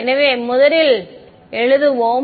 எனவே ∇ முதலில் எழுதுவோம்